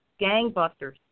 gangbusters